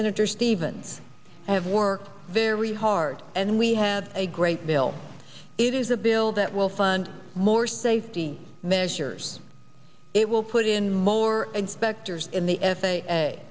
senator stevens have worked very hard and we have a great bill it is a bill that will fund more safety measures it will put in more inspectors in the f a